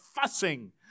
fussing